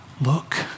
look